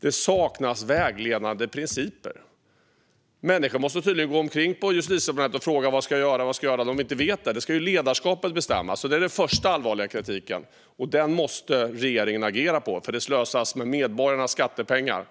Det saknas alltså vägledande principer! Människor måste tydligen gå omkring på Justitiedepartementet och fråga: Vad ska jag göra? De vet inte det. Det ska ju ledarskapet bestämma. Detta är den första allvarliga kritiken. Den måste regeringen agera på, för det slösas med medborgarnas skattepengar.